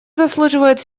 заслуживают